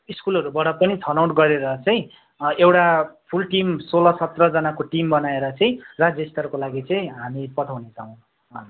स्कुलहरूबाट पनि छनौट गरेर चाहिँ एउटा फुल टिम सोह्र सत्रजनाको टिम बनाएर चाहिँ राज्य स्तरको लागि चाहिँ हामी पठाउने छौँ